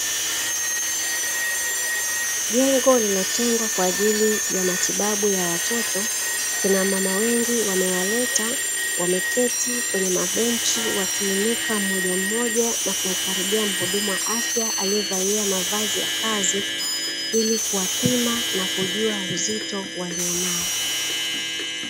Jengo lililotengwa kwa ajili ya matibabu ya watoto, kinamama wengi wamewaleta wameketi kwenye mabenchi wakiinuka mmojammoja na kumkaribia mhudumu wa afya aliyevalia mavazi ya kazi ili kuwapima na kujua uzito walionao.